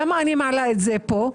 למה אני מעלה את זה פה?